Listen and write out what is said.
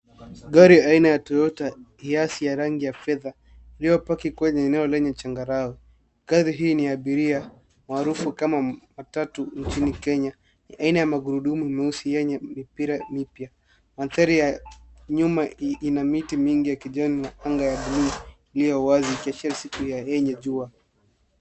Gari aina ya Toyota Hiace ya rangi ya fedha iliyopaki kwenye eneo lenye changarawe. Gari hii ni abiria maarufu kama matatu nchini Kenya ni aina ya magurudumu mweusi yenye mpira mipya. Mandhari ya nyuma ina miti mingi ya kijani na anga ya bluu iliyo wazi ikishiria siku ya yenye jua.